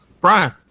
Brian